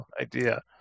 idea